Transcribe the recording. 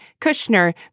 Kushner